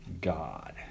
God